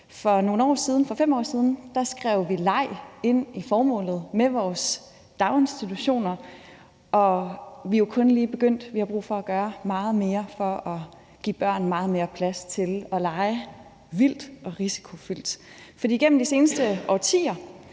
For nogle år siden, måske 5 år siden, skrev vi leg ind i formålet med vores daginstitutioner, og vi er jo kun lige begyndt. Vi har brug for at gøre meget mere for at give børn meget mere plads til at lege vildt og risikofyldt. For igennem de seneste årtier